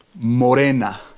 morena